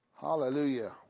Hallelujah